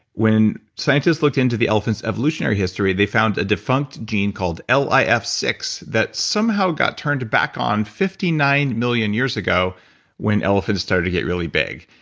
when scientists looked into the elephant's evolutionary history, they found a defunct gene called l i f six that somehow got turned back on fifty nine million years ago when elephants started to get really big.